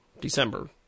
December